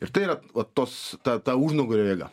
ir tai yra vat tos ta ta užnugario jėga